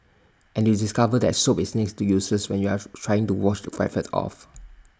and you discover that soap is next to useless when you're trying to wash the graphite off